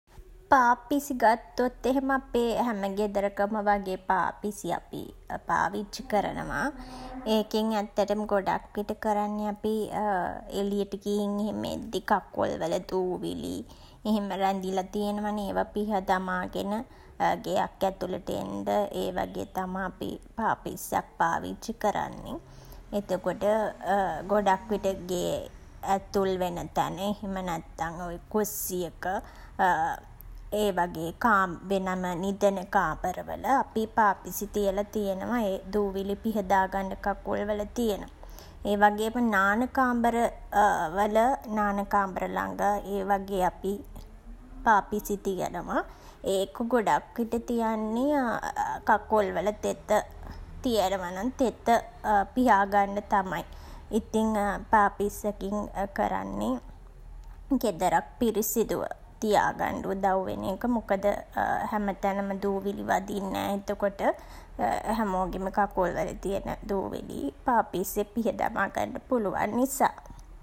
පාපිසි ගත්තොත් එහෙම අපේ හැම ගෙදරකම වගේ පාපිසි අපි පාවිච්චි කරනවා. ඒකෙන් ඇත්තටම ගොඩක්විට කරන්නේ අපි එලියට ගිහින් එහෙම එද්දී කකුල්වල දූවිලි එහෙම රැඳිලා තියනවා නේ. ඒවා පිහ දමාගෙන ගෙයක් ඇතුළට එන්ඩ ඒ වගේ තමා අපි පාපිස්සක් පාවිච්චි කරන්නේ. එතකොට ගොඩක් විට ගේ ඇතුල් වෙන තැන එහෙම නැත්තන් ඔය කුස්සියක ඒ වගේ වෙනම නිදන කාමරවල අපි පාපිසි තියලා තියනවා ඒ දූවිලි පිහදා ගන්ඩ කකුල් වල තියන. ඒ වගේම නාන කාමරවල නාන කාමර ළඟ ඒ වගේ අපි පාපිසි තියනවා. ඒක ගොඩක් විට තියන්නේ කකුල් වල තෙත තියනවා නම් තෙත පිහාගන්න තමයි. ඉතින් පාපිස්සකින් කරන්නේ ගෙදරක් පිරිසිදුව තියාගන්ඩ උදව් වෙන එක. මොකද හැමතැනම දූවිලි වදින් නෑ එතකොට හැමෝගෙම කකුල්වල තියන දූවිලි පාපිස්සෙන් පිහදමා ගන්න පුළුවන් නිසා.